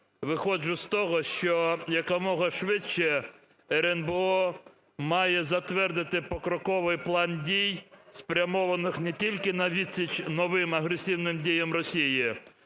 Виходжу з того, що якомога швидше РНБО має затвердити покроковий план дій, спрямованих не тільки на відсіч новим агресивним діям Росії,